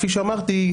כפי שאמרתי,